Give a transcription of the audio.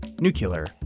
Nuclear